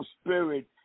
spirit